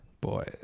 Boy